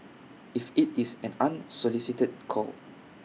if IT is an unsolicited call